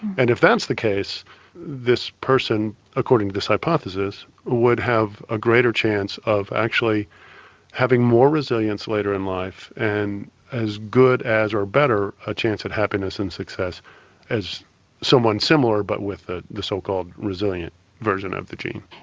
and if that's the case this person, according to this hypothesis would have a greater chance of actually having more resilience later in life and as good as or better a chance of and happiness and success as someone similar but with ah the so called resilient version of the gene.